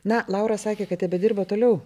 na laura sakė kad tebedirba toliau